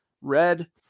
red